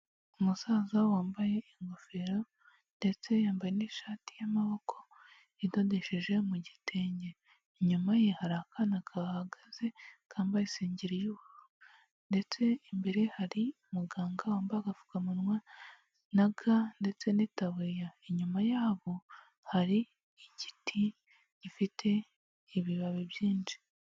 Umusaza wambaye ingofero ndetse yambaye n'ishati y'amaboko idodesheje mu gitenge, inyuma ye hari akana kahahagaze kambaye isengeri y'ubururu ndetse imbere hari muganga wambaye agapfukamunwa na ga ndetse n'itaburiya, inyuma yabo hari igiti gifite ibibabi byinshi.